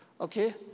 Okay